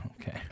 Okay